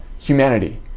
humanity